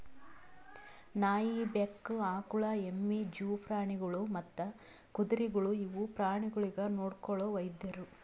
ನಾಯಿ, ಬೆಕ್ಕ, ಆಕುಳ, ಎಮ್ಮಿ, ಜೂ ಪ್ರಾಣಿಗೊಳ್ ಮತ್ತ್ ಕುದುರೆಗೊಳ್ ಇವು ಪ್ರಾಣಿಗೊಳಿಗ್ ನೊಡ್ಕೊಳೋ ವೈದ್ಯರು